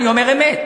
אני אומר אמת.